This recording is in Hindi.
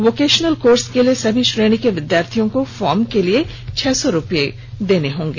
वोकेशनल कोर्स के लिए सभी श्रेणी के विद्यार्थियों को फॉर्म के लिए छह सौ रूपए देने होंगे